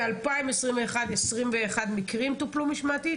ב-2021 21 מקרים טופלו משמעתית?